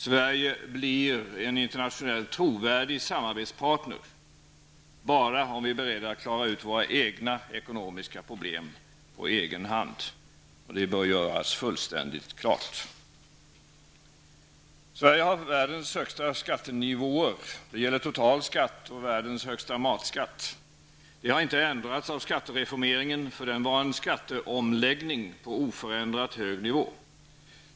Sverige blir en trovärdig internationell samarbetspartner bara om vi är beredda att klara ut våra ekonomiska problem på egen hand. Det bör göras fullständigt klart. Sverige har världens högsta skattenivåer. Det gäller total skatt och världens högsta matskatt. Det har inte ändrats av skattereformeringen, för den var en skatteomläggning på oförändrat hög nivå.